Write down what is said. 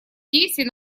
действий